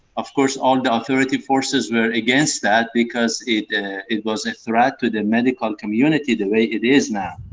of course, all the authority forces were against that because it it was a threat to the medical community the way it is now,